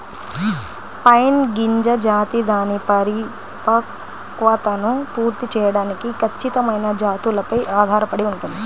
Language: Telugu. పైన్ గింజ జాతి దాని పరిపక్వతను పూర్తి చేయడానికి ఖచ్చితమైన జాతులపై ఆధారపడి ఉంటుంది